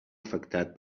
afectat